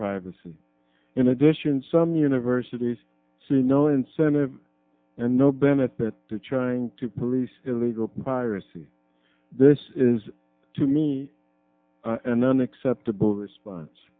privacy in addition some universities see no incentive and no benefit to china to police illegal piracy this is to me and unacceptable response